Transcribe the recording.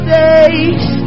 days